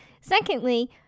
Secondly